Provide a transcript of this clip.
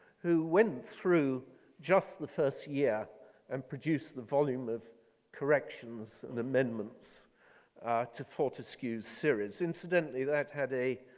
who went through just the first year and produce the volume of corrections and amendments to fortescue's series. incidentally, that had a